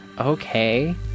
okay